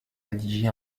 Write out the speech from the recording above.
rédigé